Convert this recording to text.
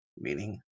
meaning